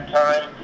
time